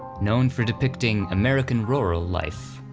known for depicting american rural life.